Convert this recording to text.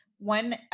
One